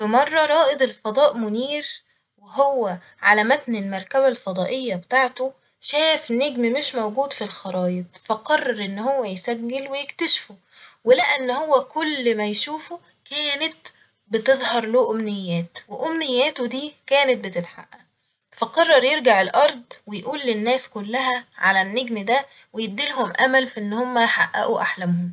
ف مرة رائد الفضاء منير وهو على متن المركبة الفضائية بتاعته شاف نجم مش موجود ف الخرايط ف قرر إن هو يسجل ويكتشفه ولقى إن هو كل ما يشوفه كانت بتظهر له أمنيات وأمنياته دي كانت بتحقق ، فقرر يرجع الأرض ويقول للناس كلها على النجم ده ويديلهم أمل ف ان هم يحققو أحلامهم